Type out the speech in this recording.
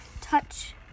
touch